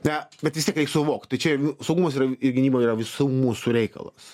ne bet vistiek suvokt tai čia saugumas yra gynyba yra visų mūsų reikalas